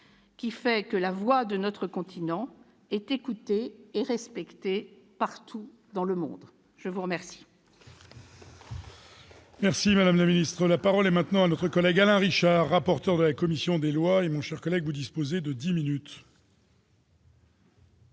qui fait que la voix de notre continent est écoutée et respectée partout dans le monde. La parole